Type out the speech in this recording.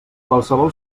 qualsevol